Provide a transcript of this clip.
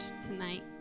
tonight